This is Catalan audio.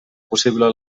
possible